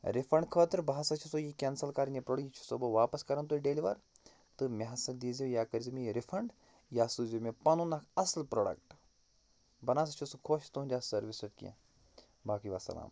refund خٲطرٕ بہٕ ہسا چھُسو یہِ کیٚنسَل کَران یہِ پرٛوڈکٹہٕ یہِ چھُسو بہٕ واپَس کَران تۄہہِ ڈیٚلوَر تہٕ مےٚ ہسا دیٖزیٛو یا کٔرۍ زیٛو مےٚ یہِ رِفنٛڈ یا سوٗزِ زیٛو مےٚ پنُن اَکھ اصٕل پرٛوڈَکٹہٕ بہٕ نَہ ہسا چھُس خۄش تُہنٛد اَتھ سٔروِس ہنٛد کیٚنٛہہ باقٕے وَالسَلام